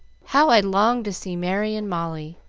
how i long to see merry and molly.